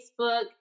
Facebook